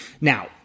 Now